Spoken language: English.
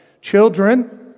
Children